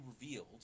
revealed